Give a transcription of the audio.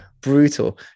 brutal